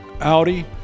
Audi